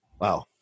Wow